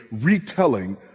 retelling